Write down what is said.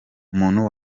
umuntu